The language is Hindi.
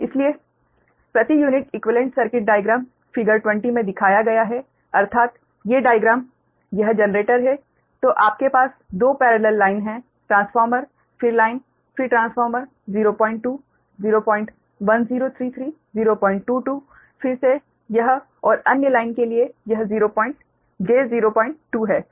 इसलिए प्रति unit equivalent circuit diagram figure 20 में दिखाया गया है अर्थात ये डाइग्राम यह जनरेटर है तो आपके पास दो पेरेलल लाइन हैं ट्रांसफार्मर फिर लाइन फिर ट्रांसफार्मर 02 01033 022 फिर से यह और अन्य लाइन के लिए यह j02 है